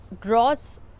draws